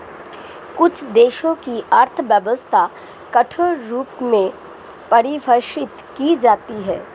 कुछ देशों की अर्थव्यवस्था कठोर रूप में परिभाषित की जाती हैं